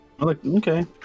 Okay